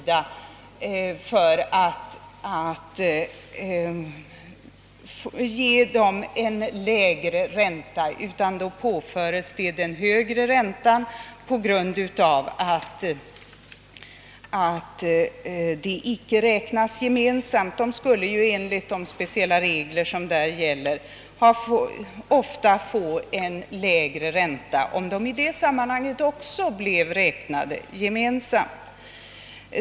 De påförs alltså en högre ränta på grund av att de icke »samtaxeras» också i detta avseende; de skulle ju enligt de speciella regler som gäller ofta få en lägre ränta om de i detta sammanhang också blev »samtaxerade».